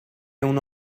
اونو